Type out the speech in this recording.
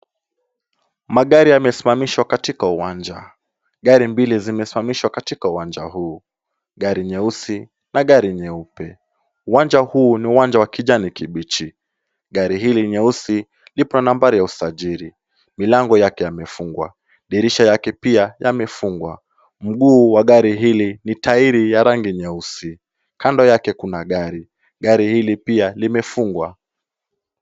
Magari yamesimamishwa katika uwanja. Gari mbili zimesimamishwa katika uwanja huu, gari nyeusi na gari nyeupe. Uwanja huu ni uwanja wa kijani kibichi. Gari hili nyeusi lipo na nambari ya usajili. Milango yake yamefungwa, dirisha yake pia yamefungwa. Mguu wa gari hili ni tairi ya rangi nyeusi. Kando yake kuna gari. Gari hili pia limefungwa.